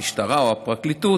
המשטרה או הפרקליטות,